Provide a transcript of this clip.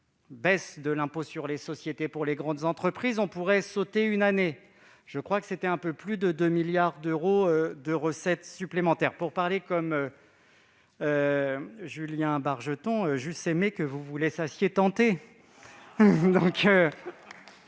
baisse de l'impôt sur les sociétés pour les grandes entreprises, soit- je crois -l'équivalent d'un peu plus de 2 milliards d'euros de recettes supplémentaires ... Pour parler comme Julien Bargeton, j'eusse aimé que vous vous laissassiez tenter ...